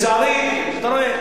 אתה רואה?